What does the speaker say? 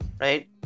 right